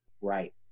right